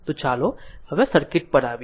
તો ચાલો હવે સર્કિટ પર આવીએ